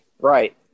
Right